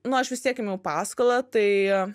nu aš vis tiek ėmiau paskolą tai